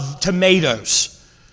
tomatoes